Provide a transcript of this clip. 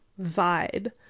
vibe